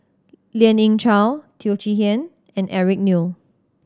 Lien Ying Chow Teo Chee Hean and Eric Neo